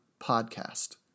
podcast